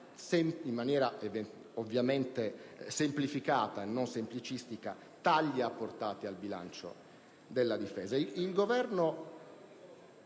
in maniera ovviamente semplificata, ma non semplicistica, "tagli" apportati al bilancio della Difesa.